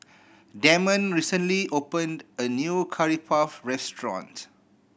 Damond recently opened a new Curry Puff restaurant